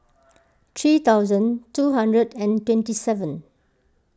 three thousand two hundred and twenty seven